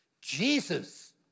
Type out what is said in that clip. Jesus